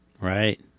Right